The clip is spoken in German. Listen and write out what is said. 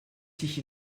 sich